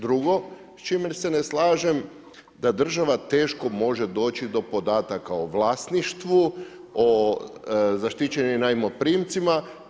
Drugo s čime se ne slažem, da država teško može doći do podataka o vlasništvu, o zaštićenim najmoprimcima.